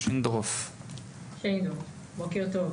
בוקר טוב.